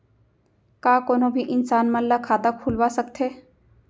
का कोनो भी इंसान मन ला खाता खुलवा सकथे?